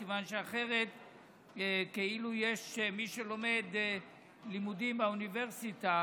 מכיוון שאחרת כאילו מי שלומדים לימודים באוניברסיטה